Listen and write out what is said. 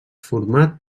format